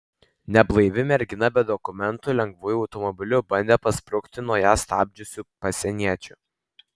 neblaivi mergina be dokumentų lengvuoju automobiliu bandė pasprukti nuo ją stabdžiusių pasieniečių